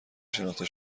شناخته